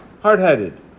hard-headed